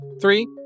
three